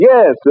Yes